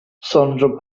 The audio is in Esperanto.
sonĝo